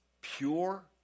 pure